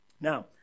Now